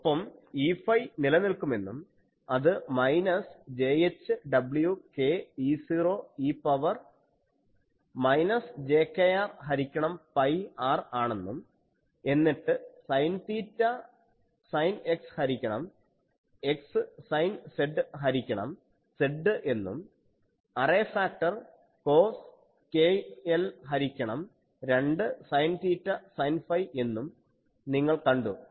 ഒപ്പം Eφ നിലനിൽക്കുമെന്നും അത് minus j h w k E0 e power minus j kr ഹരിക്കണം പൈ r ആണെന്നും എന്നിട്ട് സൈൻ തീറ്റ സൈൻ X ഹരിക്കണം X സൈൻ Z ഹരിക്കണം Z എന്നും അറേ ഫാക്ടർ കോസ് kl ഹരിക്കണം 2 സൈൻ തീറ്റ സൈൻ ഫൈ എന്നും നിങ്ങൾ കണ്ടു